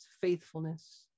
faithfulness